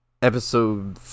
episode